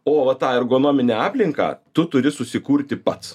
o tą ergonominę aplinką tu turi susikurti pats